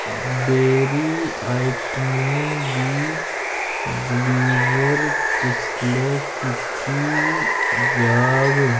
dairy आइटमें दी deliver कुसलै कीती जाह्ग